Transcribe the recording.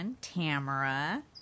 Tamara